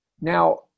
Now